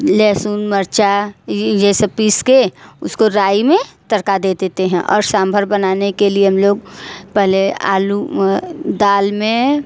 लहसुन मिर्च यह यह सब पीस कर उसको राई में तड़का दे देते हैं और साम्भर बनाने के लिए हम लोग पहले आलू दाल में